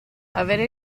avere